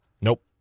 Nope